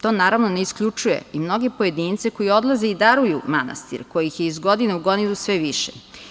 To naravno ne isključuje i mnoge pojedince koji odlaze i daruju manastir, kojih je iz godine u godinu sve više.